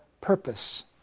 purpose